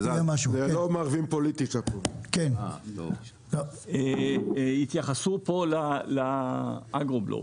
אני חוזר פה לאגרו-בלוף.